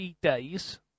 days